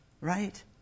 Right